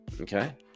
Okay